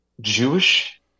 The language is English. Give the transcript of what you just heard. Jewish